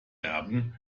erben